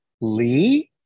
Lee